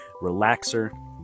Relaxer